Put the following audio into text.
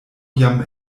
jam